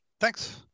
thanks